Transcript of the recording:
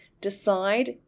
decide